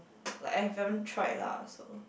like I have haven't tried lah so